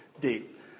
date